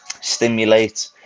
Stimulate